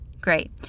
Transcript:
Great